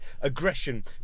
aggression